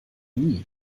nie